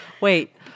Wait